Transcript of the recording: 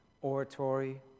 oratory